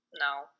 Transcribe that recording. no